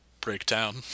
breakdown